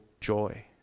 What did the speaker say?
joy